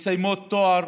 מסיימות תואר,